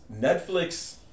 Netflix